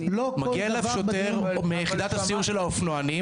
מגיע אליו שוטר מיחידת הסיור של האופנוענים